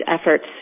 efforts